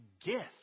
gift